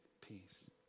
peace